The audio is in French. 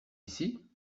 ici